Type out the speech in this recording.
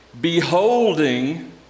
Beholding